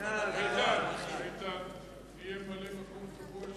הצעת ועדת הכנסת בדבר מינוי ממלאי-מקום קבועים